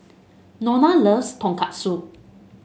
Nona loves Tonkatsu